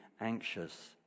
anxious